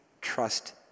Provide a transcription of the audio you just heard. trust